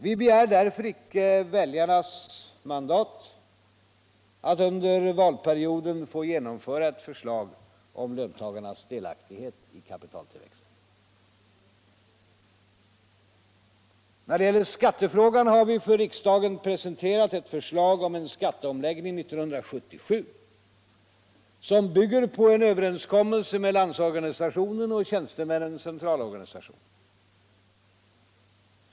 Vi begär därför icke väljarnas mandat att under valperioden få genomföra ett förslag om löntagarnas delaktighet i kapitaltillväxten. När det gäller skattefrågan har vi för riksdagen presenterat ett förslag om en skatteomläggning 1977 som bygger på en överenskommelse med Landsorganisationen och Tjänstemännens centralorganisation.